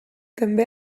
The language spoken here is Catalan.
també